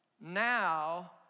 now